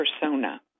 persona